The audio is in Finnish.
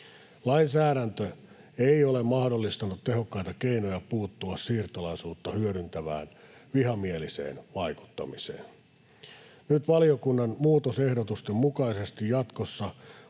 Lainsäädäntö ei ole mahdollistanut tehokkaita keinoja puuttua siirtolaisuutta hyödyntävään vihamieliseen vaikuttamiseen. Nyt valiokunnan muutosehdotusten mukaisesti jatkossa